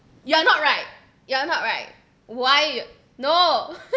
you are not right you are not right why you no